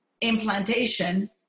implantation